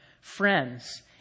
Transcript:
Friends